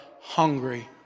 hungry